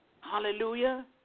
Hallelujah